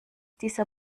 dieser